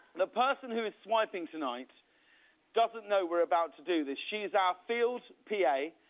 the person who is swiping tonight doesn't know we're about to do this. she's our field p a.